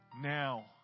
now